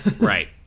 Right